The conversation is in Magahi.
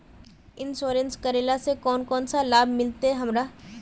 इंश्योरेंस करेला से कोन कोन सा लाभ मिलते हमरा?